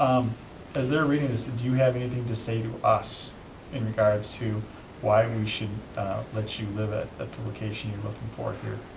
as they're reading this, did you have anything to say to us in regards to why we should let you live at ah the location you're looking for here?